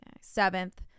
seventh